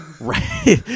Right